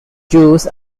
jews